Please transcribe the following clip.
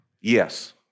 Yes